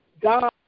God